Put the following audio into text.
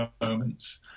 moments